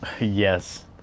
Yes